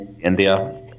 India